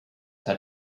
had